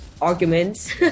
arguments